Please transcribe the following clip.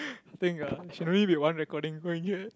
think uh should we be the one recording over here